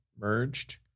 merged